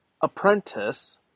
apprentice